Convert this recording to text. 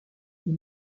ils